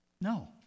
No